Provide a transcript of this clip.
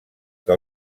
que